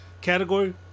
category